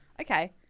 Okay